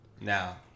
now